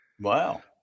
Wow